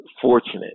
fortunate